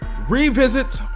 revisit